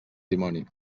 dimoni